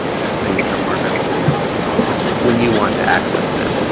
has things that are more available when you want to access them.